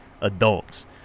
adults